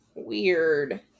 Weird